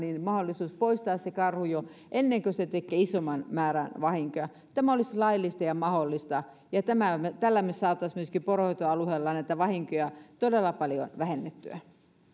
mahdollisuus poistaa se karhu jo ennen kuin se tekee isomman määrän vahinkoja tämä olisi laillista ja mahdollista ja tällä me saisimme myöskin poronhoitoalueella näitä vahinkoja todella paljon vähennettyä